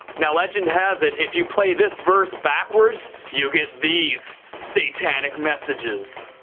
now legend has it if you play this verse backwards you get these satanic messages.